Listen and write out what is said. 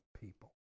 people